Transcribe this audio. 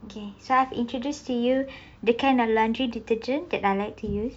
okay so I have introduced to you the kind of laundry detergent that I like to use